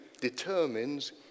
determines